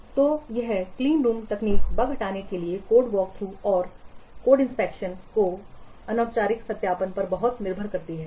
तो यह क्लीनरूम तकनीक बग हटाने के लिए कोड वॉकथ्रू कोड निरीक्षण और औपचारिक सत्यापन पर बहुत निर्भर करती है